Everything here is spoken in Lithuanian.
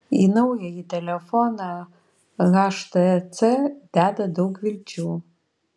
į naująjį telefoną htc deda daug vilčių